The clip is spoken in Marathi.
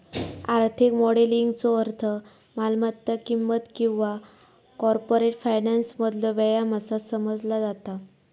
आर्थिक मॉडेलिंगचो अर्थ मालमत्ता किंमत किंवा कॉर्पोरेट फायनान्समधलो व्यायाम असा समजला जाता